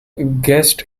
guests